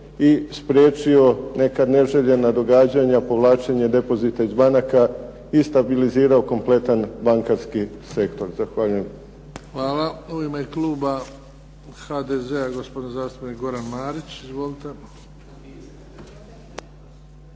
i spriječio nekada neželjena događanja povlačenja depozita iz banaka i stabilizirao kompletan bankarski sektor. Zahvaljujem. **Bebić, Luka (HDZ)** Hvala. U ime kluba HDZ-a, gospodin zastupnik Goran Marić. Izvolite.